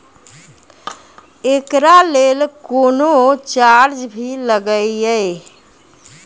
एकरा लेल कुनो चार्ज भी लागैये?